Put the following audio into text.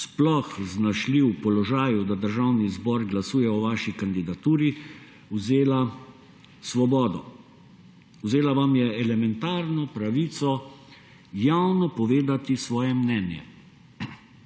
sploh znašli v položaju, da državni zbor glasuje o vaši kandidaturi, vzela svobodo. Vzela vam je elementarno pravico javno povedati svoje mnenje.